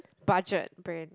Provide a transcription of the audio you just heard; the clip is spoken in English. budget brand